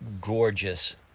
gorgeous